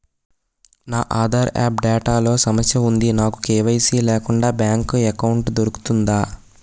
నా Aadhaar update లో సమస్య వుంది నాకు కే.వై.సీ లేకుండా బ్యాంక్ ఎకౌంట్దొ రుకుతుందా?